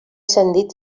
ascendit